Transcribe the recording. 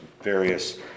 various